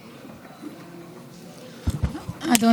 קודם כול, שתהיה שנה טובה, וגמר חתימה טובה.